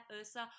URSA